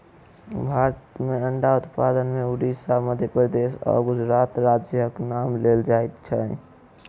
भारत मे अंडा उत्पादन मे उड़िसा, मध्य प्रदेश आ गुजरात राज्यक नाम लेल जाइत छै